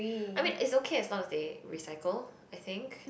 I mean it's okay as long as they recycle I think